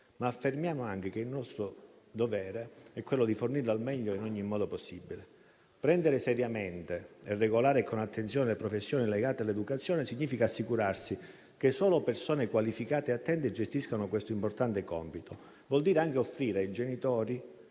ma affermiamo anche che il nostro dovere è quello di fornirlo al meglio e in ogni modo possibile. Prendere seriamente e regolare con attenzione le professioni legate all'educazione significa assicurarsi che solo persone qualificate e attente gestiscano questo importante compito. Vuol dire anche offrire ai genitori